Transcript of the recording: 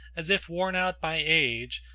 as if worn out by age,